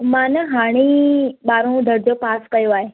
मां न हाणे ई ॿारहों दर्जो पास कयो आहे